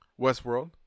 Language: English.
Westworld